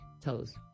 Toes